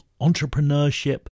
entrepreneurship